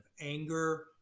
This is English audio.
anger